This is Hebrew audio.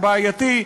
הבעייתי,